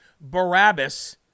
Barabbas